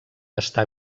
està